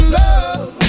love